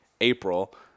April